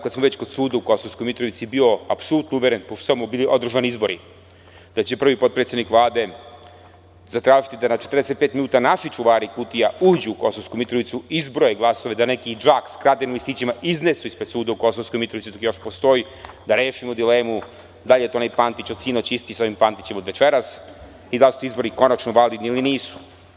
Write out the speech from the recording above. Kada sam već kod suda u Kosovskoj Mitrovici, bio sam apsolutno uveren, pošto su tamo održani izbori, da će prvi potpredsednik Vlade zatražiti da na 45 minuta naši čuvari kutija, uđu u Kosovsku Mitrovicu, izbroje glasove, da neki džak sa kradenim listićima iznesu ispred suda u Kosovskoj Mitrovici, dok još postoji i da rešimo dilemu, da li je to onaj Pantić od sinoć isti sa ovim Pantićem od večeras i da li su ti izbori konačno validni ili nisu.